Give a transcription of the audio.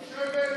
כחלון.